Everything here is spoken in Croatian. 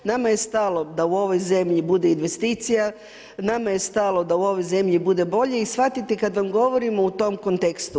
Nama je stalo da u ovoj zemlji bude investicija, nama je stalo da u ovoj zemlji bude bolje i shvatite kada vam govorimo u tom kontekstu.